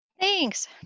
Thanks